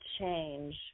change